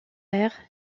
ère